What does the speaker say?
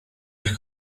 ich